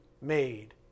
made